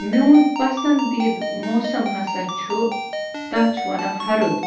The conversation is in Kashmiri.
میٛون پسنٛدیٖدٕ موسَم ہسا چھُ تَتھ چھُ ونان ہرُد